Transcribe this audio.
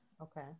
Okay